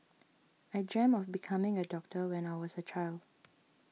I dreamt of becoming a doctor when I was a child